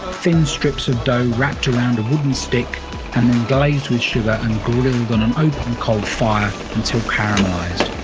thin strips of dough wrapped around a wooden stick and then glazed with sugar and grilled and on an open coal fire until caramalised.